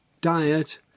diet